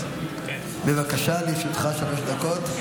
בבקשה, לרשותך שלוש דקות.